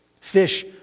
fish